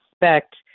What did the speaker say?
expect